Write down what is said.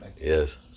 Yes